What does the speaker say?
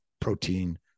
protein